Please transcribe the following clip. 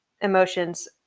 emotions